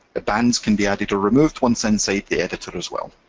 ah bands can be added or removed once inside the editor as well.